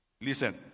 Listen